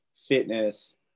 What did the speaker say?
fitness